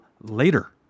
later